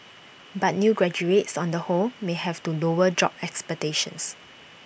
but new graduates on the whole may have to lower job expectations